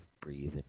breathe